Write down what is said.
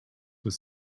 was